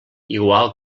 igual